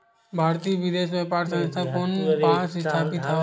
भारतीय विदेश व्यापार संस्था कोन पास स्थापित हवएं?